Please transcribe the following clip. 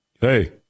Hey